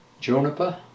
juniper